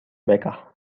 becca